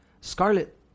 scarlet